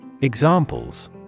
Examples